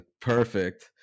perfect